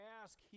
ask